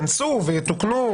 ייכנסו ויתוקנו,